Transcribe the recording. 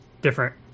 different